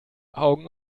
augen